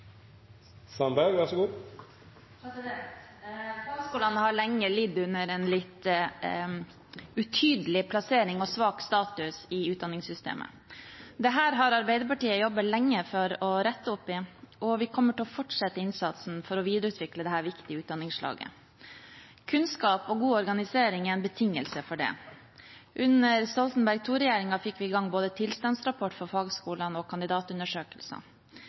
svak status i utdanningssystemet. Dette har Arbeiderpartiet jobbet lenge for å rette opp i, og vi kommer til å fortsette innsatsen for å videreutvikle dette viktige utdanningsslaget. Kunnskap og god organisering er en betingelse for det. Under Stoltenberg II-regjeringen fikk vi i gang både tilstandsrapport for fagskolene og